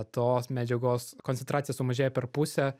tos medžiagos koncentracija sumažėja per pusę